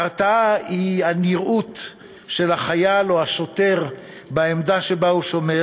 ההרתעה היא הנראות של החייל או השוטר בעמדה שבה הוא שומר,